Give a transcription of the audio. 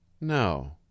No